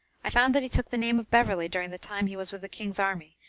i found that he took the name of beverley during the time he was with the king's army,